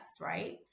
right